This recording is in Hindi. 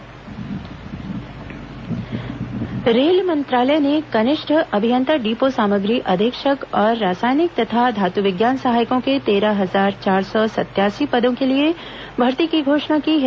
रेल भर्ती रेल मंत्रालय ने कनिष्ठ अभियन्ता डिपो सामग्री अधीक्षक और रासायनिक तथा धातुविज्ञान सहायकों के तेरह हजार चार सौ सत्यासी पदों के लिए भर्ती की घोषणा की है